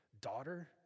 daughter